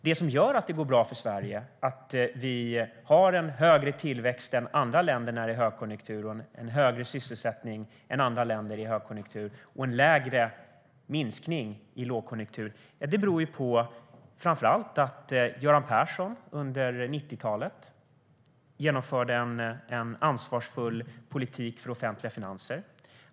Det som gör att det går bra för Sverige, att det råder en högre tillväxt och högre sysselsättning än i andra länder i en högkonjunktur och en lägre minskning i en lågkonjunktur, beror framför allt på att Göran Persson under 90-talet genomförde en ansvarsfull politik för offentliga finanser.